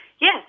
Yes